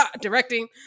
directing